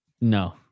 No